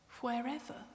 wherever